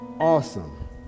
awesome